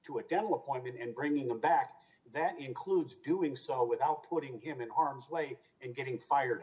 to a dental appointment and bringing him back that includes doing so without putting him in harm's way and getting fire